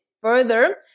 further